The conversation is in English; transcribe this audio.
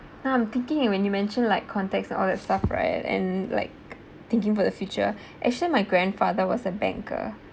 now I'm thinking when you mentioned like context and all that stuff right and like thinking about the future actually my grandfather was a banker